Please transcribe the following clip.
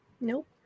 nope